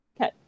Okay